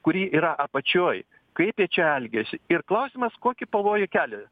kuri yra apačioj kaip jie čia elgiasi ir klausimas kokį pavojų kelia